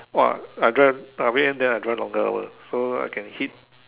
!wah! I drive weekend then I drive longer hours so I can hit